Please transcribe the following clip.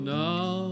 now